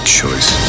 choice